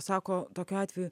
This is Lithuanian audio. sako tokiu atveju